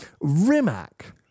Rimac